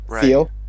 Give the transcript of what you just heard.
feel